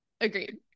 agreed